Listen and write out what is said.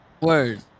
Word